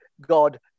God